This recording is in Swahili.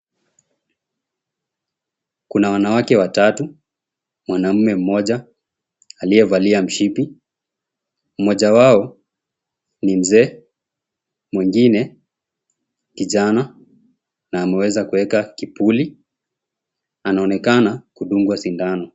Kuna wanawake watatu, mwanaume mmoja aliyevalia mshipi. Mmoja wao ni mzee, mwingine na ameweza kuweka kipuli. Anaonekana kudungwa sindano.